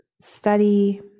study